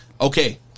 Okay